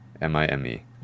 M-I-M-E